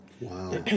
Wow